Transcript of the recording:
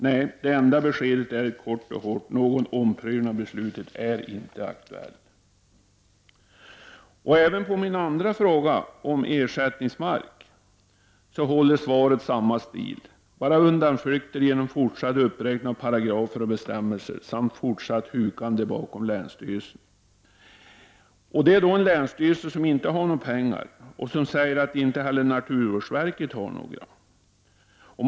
Nej, det enda beskedet är ett kort och hårt konstaterande: ”Någon omprövning av beslutet är inte aktuell.” Även på min andra fråga om ersättningsmark håller svaret samma stil: bara undanflykter genom en fortsatt uppräkning av paragrafer och bestämmelser samt ett fortsatt hukande bakom länsstyrelsen — en länsstyrelse som inte har några pengar och som säger att inte heller naturvårdsverket har några pengar.